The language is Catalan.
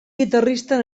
guitarrista